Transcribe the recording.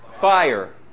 fire